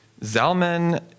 Zalman